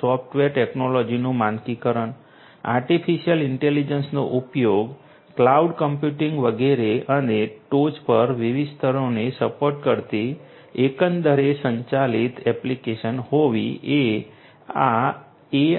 software ટેક્નોલોજીનું માનકીકરણ artificial ઇન્ટેલિજન્સનો ઉપયોગ ક્લાઉડ કમ્પ્યુટિંગ વગેરે અને ટોચ પર વિવિધ સ્તરોને સપોર્ટ કરતી એકંદરે સંકલિત એપ્લિકેશન હોવી એ આ